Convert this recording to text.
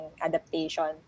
adaptation